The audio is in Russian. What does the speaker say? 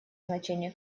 значение